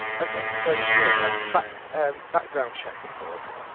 ok so you know like but um background check reports.